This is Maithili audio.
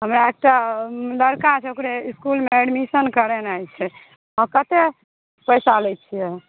हमरा एकटा लड़का छै ओकरे इस्कुलमे एडमिशन करेनाइ छै तऽ कतेक पैसा लैत छियै